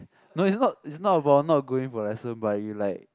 no it's not it's not about not going for lesson but you like